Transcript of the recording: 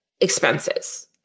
expenses